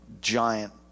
giant